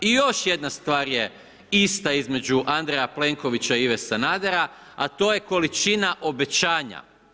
I još jedna stvar je ista između Andreja Plenkovića i Ive Sanadera, a to je količina obećanja.